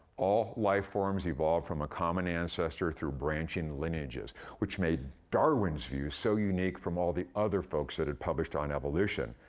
all life forms evolve from a common ancestor through branching lineages, which made darwin's view so unique from all the other folks that had published on evolution.